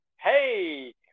Hey